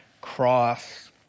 cross